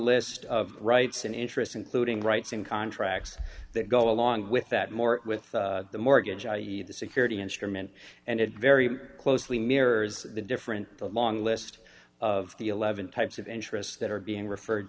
list of rights and interests including rights and contracts that go along with that more with the mortgage i e the security instrument and it very closely mirrors the different the long list of the eleven types of interest that are being referred